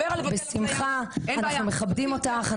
בשמחה, אנחנו מכבדים אותך.